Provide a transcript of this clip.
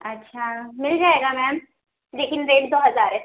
اچھا مل جائے گا میم لیکن ریٹ دو ہزار ہے